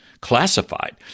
classified